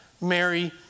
Mary